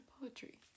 poetry